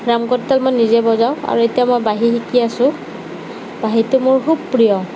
ৰাম কৰতাল মই নিজে বজাওঁ আৰু এতিয়া মই বাঁহী শিকি আছোঁ বাঁহীটো মোৰ খুব প্ৰিয়